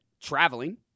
traveling